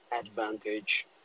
advantage